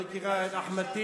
את לא מכירה את אחמד טיבי?